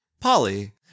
Polly